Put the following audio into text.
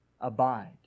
abide